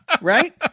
Right